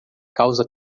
causa